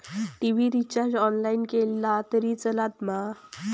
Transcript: TV recharge online केला तरी चलात मा?